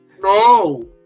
No